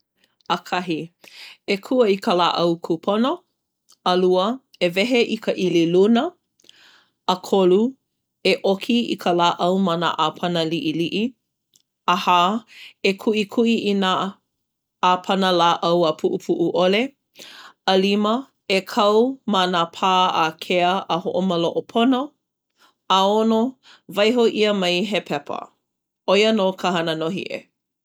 ʻAkahi, ekua i ka lāʻau kūpono. ʻAlua, e wehe i ka ʻili luna. ʻAkolu, e ʻoki i ka lāʻau ma nā ʻāpana liʻiliʻi. ʻAhā, e kuʻikuʻi i nā ʻāpana lāʻau a puʻupuʻu ʻole. ʻAlima, e kau ma nā pā ākea a hoʻomaloʻo pono. ʻAono, waiho ʻia mai he pepa. ʻO ia nō ka hana nōhie.